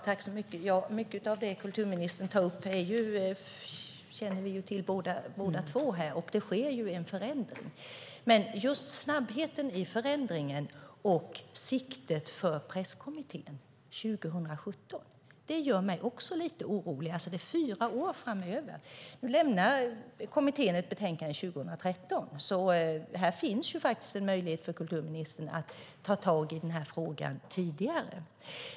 Herr talman! Mycket av det som kulturministern tar upp känner vi båda till, och det sker ju en förändring. Men just snabbheten i förändringen och siktet för presstödskommittén, 2017, gör mig lite orolig. Det är alltså fyra år framöver. Nu kommer kommittén att lämna ett betänkande 2013, så det finns faktiskt en möjlighet för kulturministern att ta tag i den här frågan tidigare.